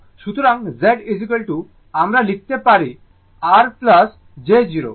সুতরাং Z আমরা লিখতে পারি R j 0